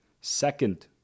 Second